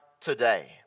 today